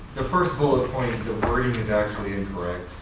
the first bullet point the wording is actually incorrect.